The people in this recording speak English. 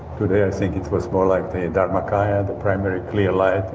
today i think it was more like the dharma kaya, the primary clear light